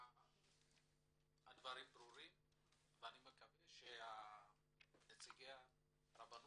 הדברים ברורים ואני מקווה שנציגי בתי